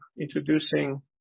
introducing